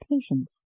patience